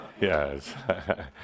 yes